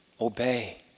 Obey